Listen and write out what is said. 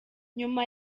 nyuma